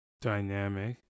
dynamic